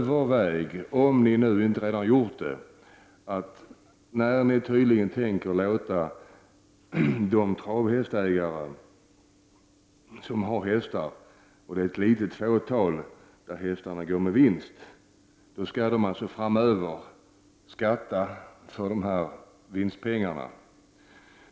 De som har travhästar som hobby — och det är för ett litet fåtal av dem som hästarna går med vinst — tänker ni nu tydligen låta skatta för vinstpengarna.